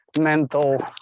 mental